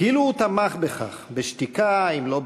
כאילו הוא תמך בכך בשתיקה אם לא באמירה,